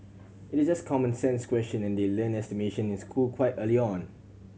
it is just a common sense question and they learn estimation in school quite early on